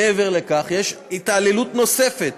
מעבר לכך, יש התעללות נוספת